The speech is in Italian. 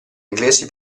inglesi